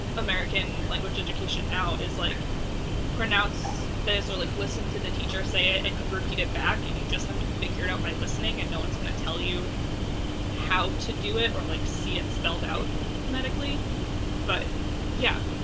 american language education now is like pronounce this or like listen to the teacher say it and you repeat it back and you just have to figure it out by listening and no one's gonna tell you how to do it or like see it spelled out phonetically. sarah but yeah,